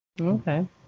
okay